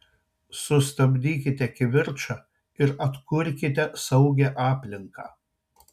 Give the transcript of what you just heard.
sustabdykite kivirčą ir atkurkite saugią aplinką